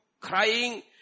crying